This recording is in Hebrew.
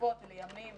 לתקופות ולימים